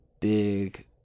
big